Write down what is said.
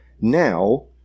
Now